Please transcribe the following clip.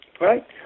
right